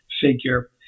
figure